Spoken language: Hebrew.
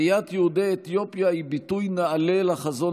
עליית יהודי אתיופיה היא ביטוי נעלה לחזון